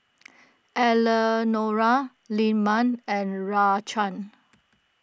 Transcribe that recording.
Eleonora Lyman and Raquan